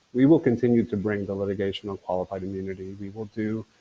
we will continue to bring the litigation on qualified immunity, we will do